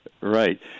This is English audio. Right